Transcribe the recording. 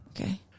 Okay